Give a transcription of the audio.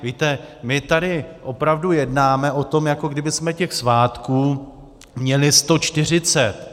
Víte, my tady opravdu jednáme o tom, jako kdybychom těch svátků měli 140.